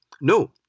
No